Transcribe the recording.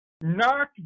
Knock